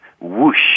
whoosh